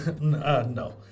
no